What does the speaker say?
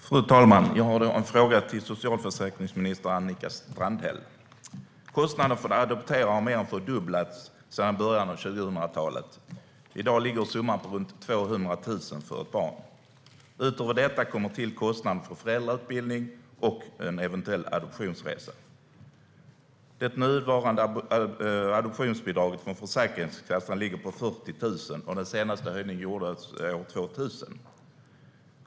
Fru talman! Jag har en fråga till socialförsäkringsminister Annika Strandhäll. Kostnaden för att adoptera har mer än fördubblats sedan början av 2000-talet. I dag ligger summan på runt 200 000 kronor för ett barn. Utöver detta tillkommer kostnaden för föräldrautbildning och en eventuell adoptionsresa. Det nuvarande adoptionsbidraget från Försäkringskassan ligger på 40 000 kronor, och den senaste höjningen gjordes år 2000.